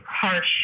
harsh